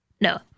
No